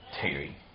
Terry